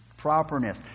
Properness